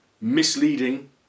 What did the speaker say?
misleading